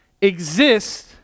exist